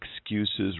excuses